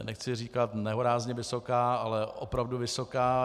Nechci říkat nehorázně vysoká, ale opravdu vysoká.